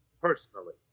personally